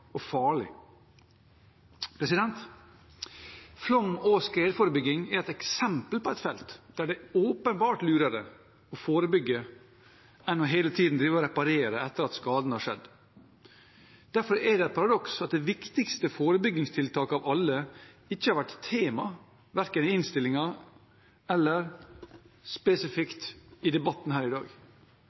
og farlig. Flom- og skredforebygging er et eksempel på et felt der det åpenbart er lurere å forebygge enn hele tiden å drive og reparere etter at skaden har skjedd. Derfor er det et paradoks at det viktigste forebyggingstiltaket av alle ikke har vært tema verken i innstillingen eller spesifikt i debatten her i dag.